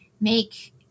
make